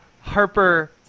Harper